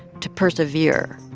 to persevere.